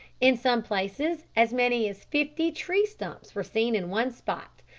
in some places as many as fifty tree stumps were seen in one spot,